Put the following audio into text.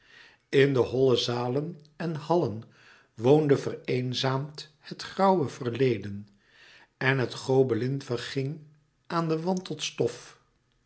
in de holle zalen en hallen woonde vereenzaamd het grauwe verleden en het gobelin verging aan den wand tot stof